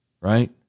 right